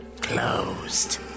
closed